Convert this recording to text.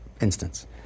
instance